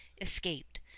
escaped